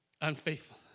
Unfaithful